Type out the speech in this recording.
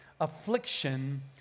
affliction